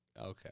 Okay